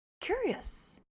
curious